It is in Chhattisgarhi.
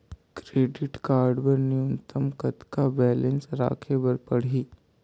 क्रेडिट कारड बर न्यूनतम कतका बैलेंस राखे बर पड़ही?